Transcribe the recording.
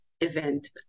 event